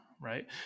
Right